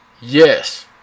yes